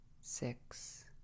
six